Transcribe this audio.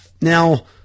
Now